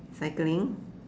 cycling